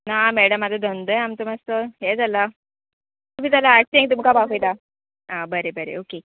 ना मॅडम आतां धंदोय आमचो मातसो हें जाला तुमी चला आठशें तुमकां पावयता आं बरें बरें ओके